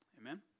Amen